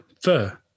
fur